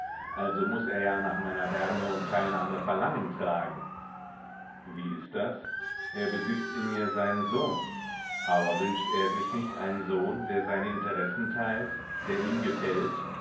also muß er ja nach meiner wärme und teilnahme verlangen tragen wie ist das er besitzt in mir seinen sohn aber wünscht er sich nicht einen sohn der seine interessen teilt der ihm gefällt